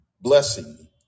blessing